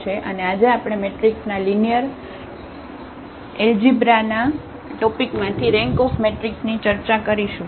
અને આજે આપણે મૅટ્રિક્સના લિનિયર એલ્જિબ્રાના ટોપિકમાંથી રેન્ક ઓફ મૅટ્રિક્સની ચર્ચા કરીશું